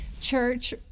church